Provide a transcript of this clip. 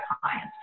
clients